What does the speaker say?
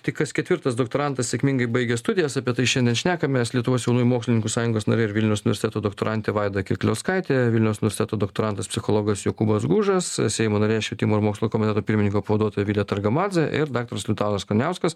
tik kas ketvirtas doktorantas sėkmingai baigia studijas apie tai šiandien šnekamės lietuvos jaunųjų mokslininkų sąjungos narė ir vilniaus universiteto doktorantė vaida kirkliauskaitė vilniaus universiteto doktorantas psichologas jokūbas gužas seimo narė švietimo ir mokslo komiteto pirmininko pavaduotoja vilija targamadzė ir daktaras liutauras kraniauskas